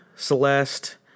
Celeste